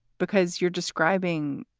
because you're describing,